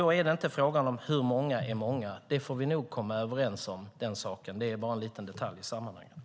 Då är det inte fråga om hur många som är "många". Den saken får vi nog komma överens om. Det är bara en liten detalj i sammanhanget.